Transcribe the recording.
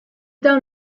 dans